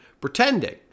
pretending